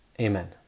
Amen